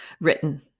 written